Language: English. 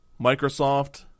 Microsoft